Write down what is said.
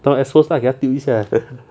当 assholes lah 给他丢一下